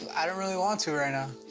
i don't really want to right now.